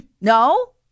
No